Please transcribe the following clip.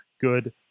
good